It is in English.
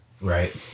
right